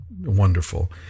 wonderful